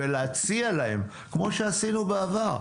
כמו שעשינו בעבר,